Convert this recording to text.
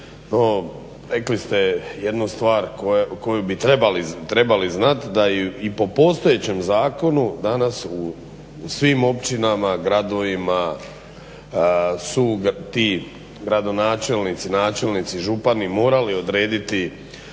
rekli ste jednu stvar koju bi trebali znati da i po postojećem zakonu danas u svim općinama, gradovima su ti gradonačelnici, načelnici, župani morali odrediti